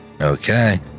Okay